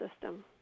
system